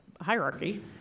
hierarchy